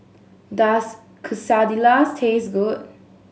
does Quesadillas taste good